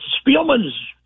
Spielman's